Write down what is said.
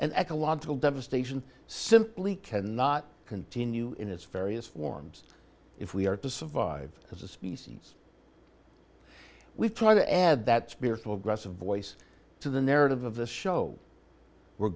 and ecological devastation simply cannot continue in its various forms if we are to survive as a species we've tried to add that spirit of aggressive voice to the narrative of the show we're